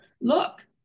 look